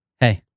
Hey